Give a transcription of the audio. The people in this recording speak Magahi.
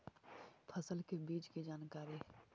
फसल के बीज की जानकारी?